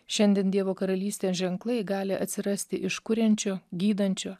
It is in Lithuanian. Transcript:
šiandien dievo karalystės ženklai gali atsirasti iš kuriančio gydančio